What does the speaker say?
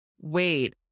wait